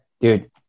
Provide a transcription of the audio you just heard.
Dude